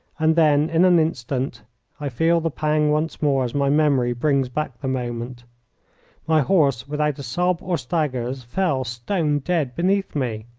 and then in an instant i feel the pang once more as my memory brings back the moment my horse, without a sob or staggers fell stone-dead beneath me!